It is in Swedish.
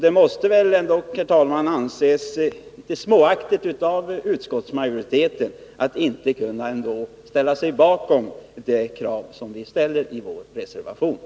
Det måste väl ändå, herr talman, anses litet småaktigt av utskottsmajoriteten att inte kunna ställa sig bakom det krav vi framför i reservationen.